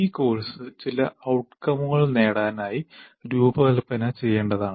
ഈ കോഴ്സ് ചില ഔട്കമുകൾ നേടാനായി രൂപകൽപ്പന ചെയ്യേണ്ടതാണ്